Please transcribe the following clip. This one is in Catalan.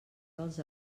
dels